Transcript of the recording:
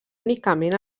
únicament